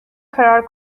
karar